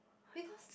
because